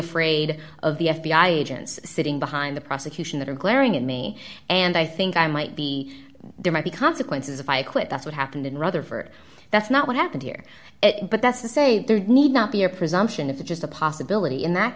afraid of the f b i agents sitting behind the prosecution that are glaring at me and i think i might be there might be consequences if i quit that's what happened in rather for that's not what happened here but that's to say there need not be a presumption of the just a possibility in that